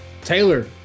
Taylor